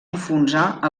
enfonsar